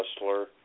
wrestler